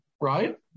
right